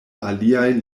aliaj